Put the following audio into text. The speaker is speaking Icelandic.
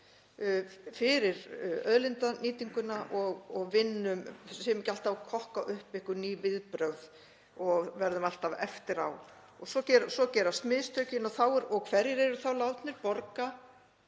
fyrir auðlindanýtinguna og séum ekki alltaf að kokka upp einhver ný viðbrögð og verðum alltaf eftir á. Svo gerast mistökin og hverjir eru þá látnir borga